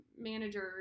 managers